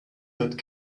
that